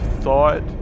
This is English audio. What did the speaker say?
thought